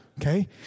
Okay